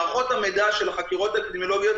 מערכות המידע של החקירות האפידמיולוגיות